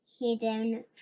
hidden